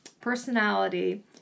personality